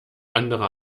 andere